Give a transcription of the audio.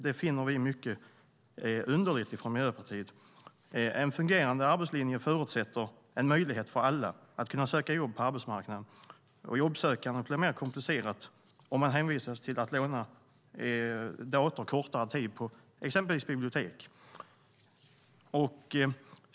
Det finner vi mycket underligt. En fungerande arbetslinje förutsätter en möjlighet för alla att söka jobb på arbetsmarknaden. Jobbsökandet blir mer komplicerat om man hänvisas till att låna dator kortare tid på exempelvis bibliotek.